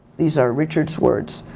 these are richard's words.